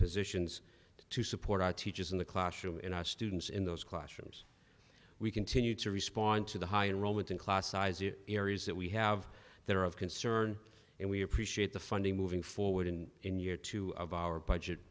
positions to support our teachers in the classroom in our students in those classrooms we continued to respond to the high enroll within class size it areas that we have that are of concern and we appreciate the funding moving forward and in year two of our budget